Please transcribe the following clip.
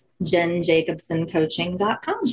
jenjacobsoncoaching.com